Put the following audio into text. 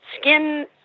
skin